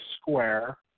square